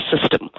system